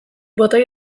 botoi